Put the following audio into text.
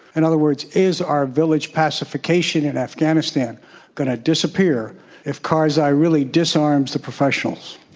in other words, is our village pacification in afghanistan going to disappear if karzai really disarms the professionals?